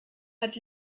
hat